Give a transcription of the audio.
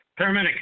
Paramedic